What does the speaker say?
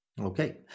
Okay